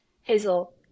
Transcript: Hazel